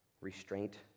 restraint